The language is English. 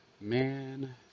man